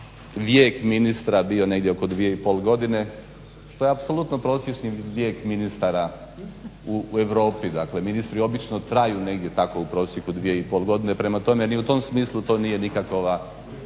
vijek ministra bio negdje oko 2,5 godine što je apsolutno prosječni vijek ministara u Europi. Dakle ministri obično traju negdje tako u prosjeku 2,5 godine, prema tome ni u tom smislu to nije nikakva